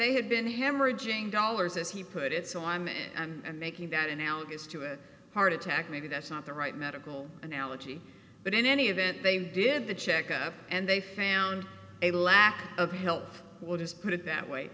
they had been hemorrhaging dollars as he put it so i'm and making that analogous to a heart attack maybe that's not the right medical analogy but in any event they did the check up and they found a lack of health what is put it that way